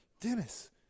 Dennis